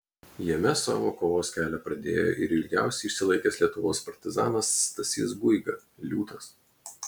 jame savo kovos kelią pradėjo ir ilgiausiai išsilaikęs lietuvos partizanas stasys guiga liūtas